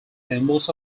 symbols